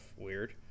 weird